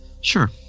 Sure